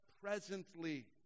presently